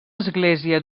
església